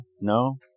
No